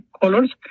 colors